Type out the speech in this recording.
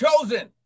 chosen